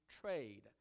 trade